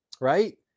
Right